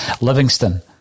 Livingston